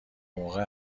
موقع